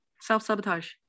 Self-sabotage